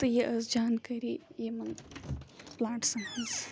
تہٕ یہِ ٲس جانکٲری یِمَن پٕلانٛٹسَن ہٕنٛز